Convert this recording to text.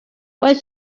what